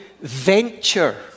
Venture